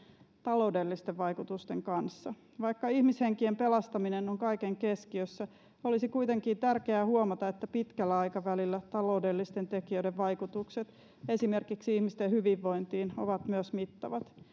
taloudellisten vaikutusten kanssa vaikka ihmishenkien pelastaminen on kaiken keskiössä olisi kuitenkin tärkeää huomata että pitkällä aikavälillä taloudellisten tekijöiden vaikutukset esimerkiksi ihmisten hyvinvointiin ovat myös mittavat